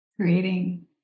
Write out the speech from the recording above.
Creating